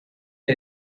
gli